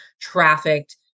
trafficked